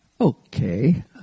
Okay